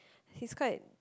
he's quite